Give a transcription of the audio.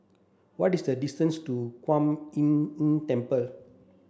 what is the distance to Kuan Im Tng Temple